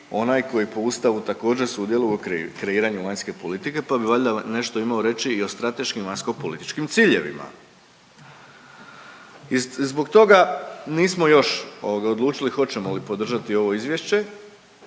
onaj koji po Ustavu također sudjeluje u kreiranju vanjske politike pa bi valjda nešto imao reći i o strateškim vanjskopolitičkim ciljevima. I zbog toga nismo još odlučili hoćemo li podržati ovo izvješće